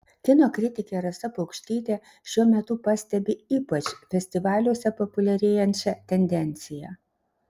kino kritikė rasa paukštytė šiuo metu pastebi ypač festivaliuose populiarėjančią tendenciją